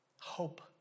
Hope